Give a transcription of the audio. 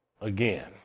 again